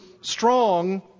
strong